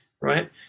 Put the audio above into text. right